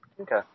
Okay